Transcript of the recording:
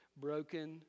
broken